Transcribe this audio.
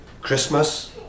Christmas